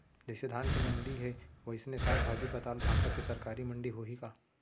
जइसे धान के मंडी हे, वइसने साग, भाजी, पताल, भाटा के सरकारी मंडी होही का?